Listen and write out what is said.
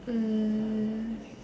um